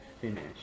finish